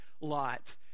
lot